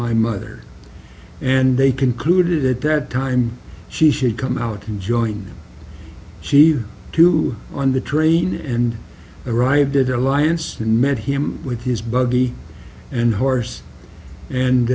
my mother and they concluded that time she should come out and join she too on the train and arrived at alliance and met him with his buggy and horse